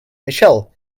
michelle